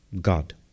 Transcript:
God